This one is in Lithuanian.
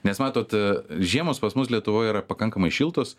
nes matot žiemos pas mus lietuvoj yra pakankamai šiltos